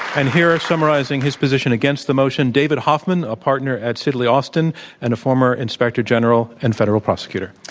and here summarizing his position against the motion, david hoffman, a partner at sidley austin and a former inspector general and federal prosecutor.